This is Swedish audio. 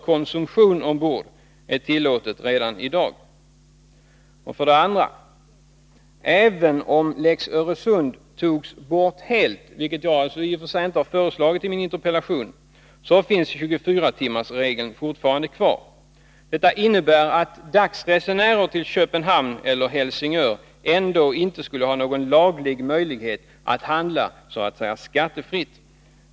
Även om lex Öresund skulle tas bort helt, vilket jag i och för sig inte har föreslagit i min interpellation, finns 24-timmarsregeln fortfarande kvar. Detta innebär att dagsresenärer till Köpenhamn eller Helsingör ändå inte skulle ha någon laglig möjlighet att handla så att säga skattefritt.